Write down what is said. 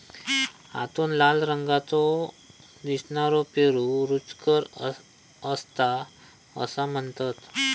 आतून लाल रंगाचो दिसनारो पेरू रुचकर असता असा म्हणतत